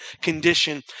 condition